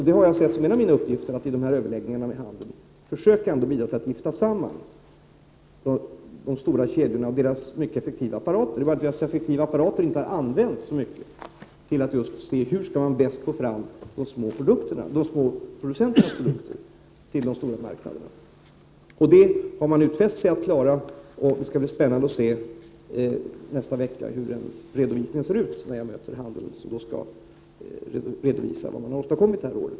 Jag har sett som en av mina uppgifter i överläggningarna med handeln att försöka bidra till att gifta samman de stora kedjorna och deras mycket effektiva distributionsapparater — som tyvärr inte har använts så mycket — med de små producenterna. Vi har diskuterat hur man bäst skall få fram de små producenternas produkter till de stora marknaderna. Det har de stora kedjorna utfäst sig att klara. Det skall bli spännande att nästa vecka, när jag möter handeln, se hur den redovisningen ser ut som de har åstadkommit det här året.